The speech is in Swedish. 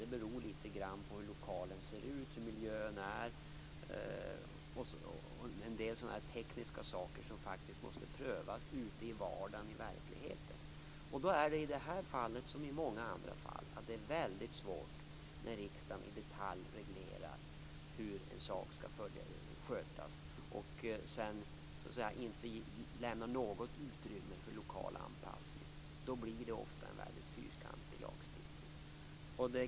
Det beror litet grand på hur lokalen ser ut, hur miljön är och på en del tekniska saker. Detta måste prövas i vardagen ute i verkligheten. I det här fallet - som i så många andra fall - är det väldigt svårt för riksdagen att i detalj reglera hur en sak skall skötas och att inte lämna något utrymme för en lokal anpassning. Då blir det ofta en väldigt fyrkantig lagstiftning.